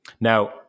Now